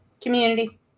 community